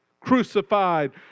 crucified